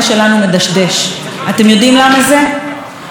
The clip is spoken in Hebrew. בגלל אובדן דרך ואובדן אידיאולוגיה.